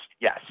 Yes